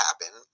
happen